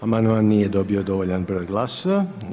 Amandman nije dobio dovoljan broj glasova.